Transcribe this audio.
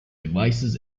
devices